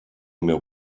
meu